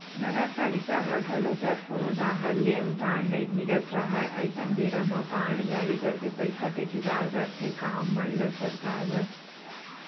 नगरपालिका ल घलो जब कोनो डाहर ले अनुदान नई मिलत राहय अइसन बेरा म बांड जारी करके पइसा के जुगाड़ करथे काम मन ल सरकाय बर